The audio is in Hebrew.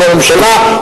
לא בממשלה,